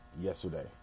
yesterday